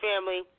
family